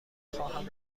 خواهم